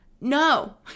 No